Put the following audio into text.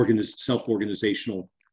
self-organizational